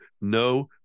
No